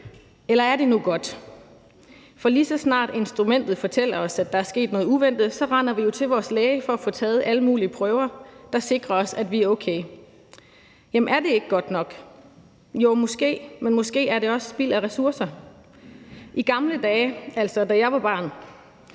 Eller er det nu godt? For lige så snart instrumentet fortæller os, at der er sket noget uventet, render vi jo til vores læge for at få taget alle mulige prøver, der sikrer os, at vi er okay. Jamen er det ikke godt nok? Jo, måske; men måske er det også spild af ressourcer. I gamle dage, altså da jeg var barn,